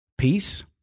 Peace